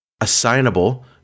assignable